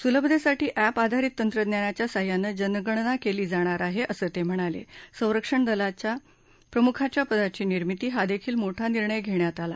सुलभतेसाठी अँप आधारित तंत्रज्ञानाच्या साहाय्यानं जनगणना केली जाणार आहेए असं ते म्हणालेण संरक्षण दलाच्या प्रमुखाच्या पदाची निर्मितीए हा देखील मोठा निर्णय घेण्यात आला